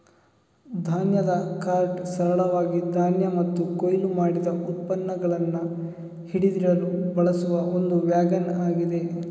ಧಾನ್ಯದ ಕಾರ್ಟ್ ಸರಳವಾಗಿ ಧಾನ್ಯ ಮತ್ತು ಕೊಯ್ಲು ಮಾಡಿದ ಉತ್ಪನ್ನಗಳನ್ನ ಹಿಡಿದಿಡಲು ಬಳಸುವ ಒಂದು ವ್ಯಾಗನ್ ಆಗಿದೆ